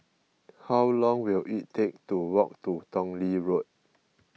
how long will it take to walk to Tong Lee Road